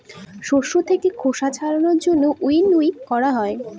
শস্য থাকে খোসা ছাড়ানোর জন্য উইনউইং করা হয়